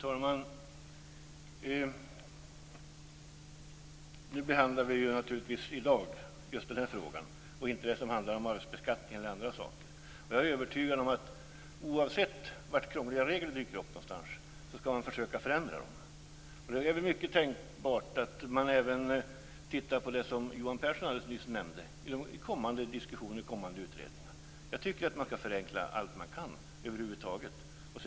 Fru talman! Nu behandlar vi i dag just den här frågan, inte det som handlar om arvsbeskattning eller andra saker. Jag är övertygad om att oavsett var krångliga regler dyker upp någonstans skall man försöka förändra dem. Det är mycket tänkbart att man även tittar på det som Johan Pehrson alldeles nyss nämnde i kommande diskussioner och kommande utredningar. Jag tycker att man över huvud taget skall förenkla allt man kan.